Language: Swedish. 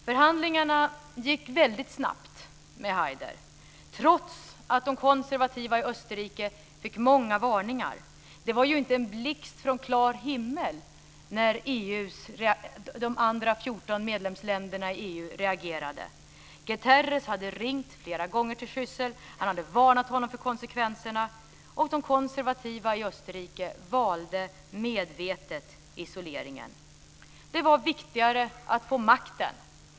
Förhandlingarna med Haider gick väldigt snabbt, trots att de konservativa i Österrike fick många varningar. Det var ju inte en blixt från en klar himmel när EU:s andra fjorton medlemsländer reagerade. Guterres hade ringt flera gånger till Schüssel. Han hade varnat honom för konsekvenserna, och de konservativa i Österrike valde medvetet isoleringen. Det var viktigare att få makten.